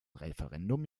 referendum